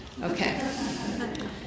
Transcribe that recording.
Okay